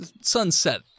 sunset